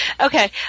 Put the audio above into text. Okay